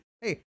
Hey